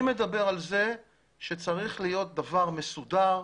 אני מדבר על זה שצריך להיות דבר מסודר,